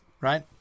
right